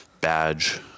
badge